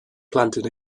planted